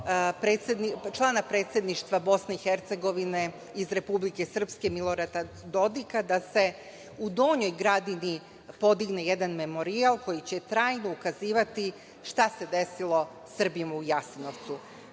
člana Predsedništva BiH iz Republike Srpske, Milorada Dodika, da se u Donjoj Gradini podigne jedan memorijal koji će trajno ukazivati šta se desilo Srbima u Jasenovcu.